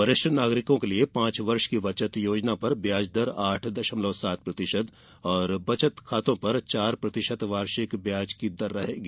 वरिष्ठ नागरिकों के लिए पांच वर्ष की बचत योजना पर ब्याज दर आठ दशमलव सात प्रतिशत और बचत खातों पर चार प्रतिशत वार्षिक ब्याज दी जाएगी